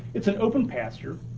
it's an open pasture.